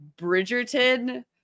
Bridgerton